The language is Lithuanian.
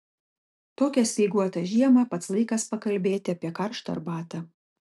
tokią speiguotą žiemą pats laikas pakalbėti apie karštą arbatą